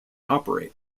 operate